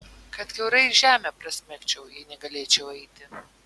kad kiaurai žemę prasmegčiau jei negalėčiau eiti